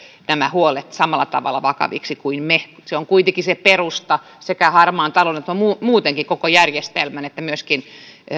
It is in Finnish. huolia samalla tavalla vakaviksi kuin me se on kuitenkin se perusta sekä harmaan talouden torjunnalle että muutenkin koko järjestelmälle että myöskin